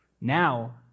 now